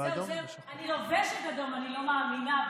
אז זהו, אני לובשת אדום, אני לא מאמינה באדום.